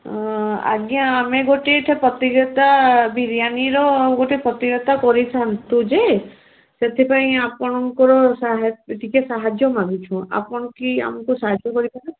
ଆଜ୍ଞା ଆମେ ଗୋଟେ ଏଠା ପ୍ରତିଯୋଗିତା ବିରିୟାନିର ଗୋଟେ ପ୍ରତିଯୋଗିତା କରିଥାନ୍ତୁ ଯେ ସେଥିପାଇଁ ଆପଣଙ୍କର ସାହା ଟିକେ ସାହାଯ୍ୟ ମାଗୁଛୁ ଆପଣ କି ଆମକୁ ସାହାଯ୍ୟ କରିପାରିବେ